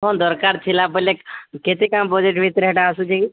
କ'ଣ ଦରକାର ଥିଲା ବୋଲେ କେତେ କାଁ ବଜେଟ୍ ଭିତରେ ହେଟା ଆସୁଛି